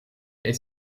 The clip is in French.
est